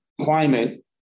climate